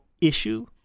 issue